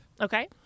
Okay